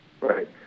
Right